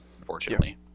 unfortunately